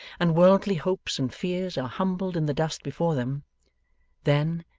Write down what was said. and worldly hopes and fears are humbled in the dust before them then,